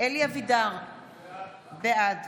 אלי אבידר, בעד